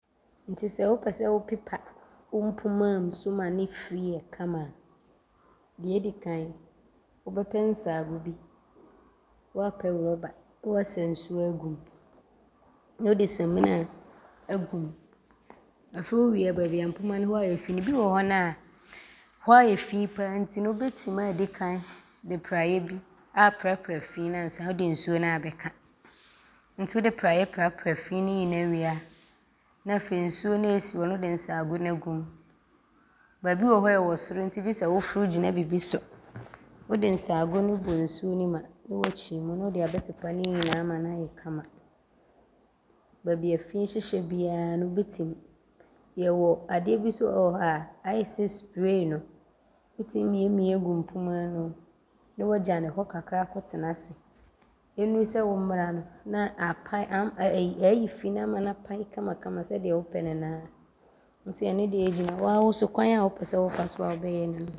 Nti sɛ wopɛ sɛ wopepa wo mpomaa mu so ma ne firi yɛ kama a, deɛ ɔdi kan wobɛpɛ nsaago bi, ne woaapɛ rɔba ne woasa nsuo agum ne wode samina gum. Afei wowie a baabi mpomaa no hɔ ayɛ fii no, bi wɔ hɔ no a, hɔ aayɛ fii pa ara nti wobɛtim aadi kan de praeɛ bi aaprapra fii no ansa wode nsuo no aabɛka nti wode praeɛ prapra fii no nyinaa wie a, na afei nsuo no a ɔsi hɔ no wode nsaago no agum. Baabi wɔ hɔ a ɔwɔ soro nti gye sɛ woforo gyina bibi so. Wode nsaago no bɔ nsuo ne mu a ne woakyim mu ne wode abɛpepa ne nyinaa ama ne ayɛ kama. Baabi a fii hyehyɛ biaa no wobɛtim. Yɛwɔ adeɛ bi so wɔ hɔ a aayɛ sɛ supree no, wotim miamia gu mpomaa ne mu ne woagya ne hɔ kakra akɔtena ase. Ɔnnuru sɛ wommra no, ne aayi fii no ama ne apae kamakama sɛdeɛ wopɛ ne noaa nti ɔno deɛ ɔgyina wo ara wo so kwan a wopɛ sɛ wofa so a wobɛyɛ no.